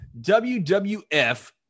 WWF